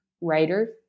writer